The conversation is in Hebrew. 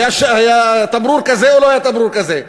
היה תמרור כזה או לא היה תמרור כזה.